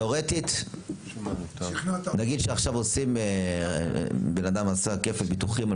תיאורטית נגיד שעכשיו בן אדם עשה כפל ביטוחים על